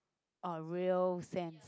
or real sense